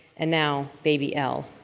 and now baby elle.